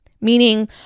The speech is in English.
meaning